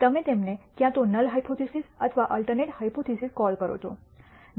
તમે તેમને ક્યાં તો નલ હાયપોથીસિસ અથવા અલ્ટરનેટ હાયપોથીસિસ કોલ કરો છો